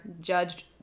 judged